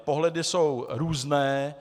Pohledy jsou různé.